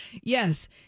Yes